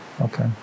okay